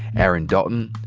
aaron dalton,